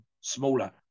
smaller